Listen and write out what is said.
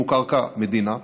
אם הוא קרקע מדינה,